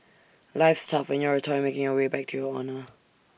life's tough when you're A toy making your way back to your owner